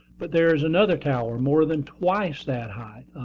but there is another tower, more than twice that height.